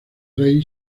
rey